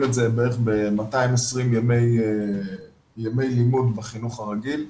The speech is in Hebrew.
את זה בערך ב-220 ימי לימוד בחינוך הרגיל,